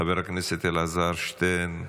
חבר הכנסת אלעזר שטרן,